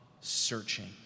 searching